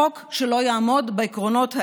חוק שלא יעמוד בעקרונות האלה,